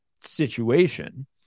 situation